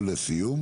ולסיום?